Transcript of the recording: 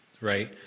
right